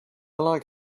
like